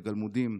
לגלמודים.